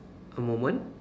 a moment